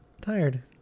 tired